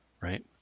right